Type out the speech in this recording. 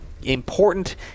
important